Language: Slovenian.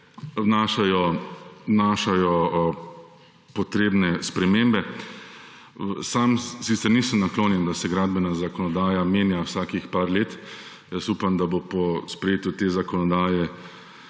vnašata potrebne spremembe. Sam sicer nisem naklonjen, da se gradbena zakonodaja menja vsakih par let. Upam, da bo po sprejetju te zakonodaje